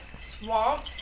swamp